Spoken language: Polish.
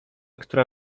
która